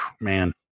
man